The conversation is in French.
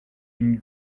une